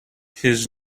his